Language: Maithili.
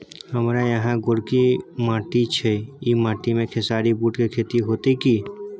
हमारा यहाँ गोरकी माटी छै ई माटी में खेसारी, बूट के खेती हौते की?